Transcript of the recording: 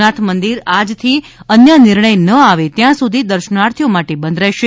સોમનાથ મંદિર આજથી અન્ય નિર્ણય ન આવે ત્યાં સુધી દર્શનાર્થીઓ માટે બંધ રહેશે